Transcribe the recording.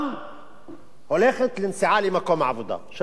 לנסיעה למקום העבודה, שלא לדבר על נסיעות אחרות.